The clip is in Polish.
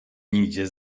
nigdzie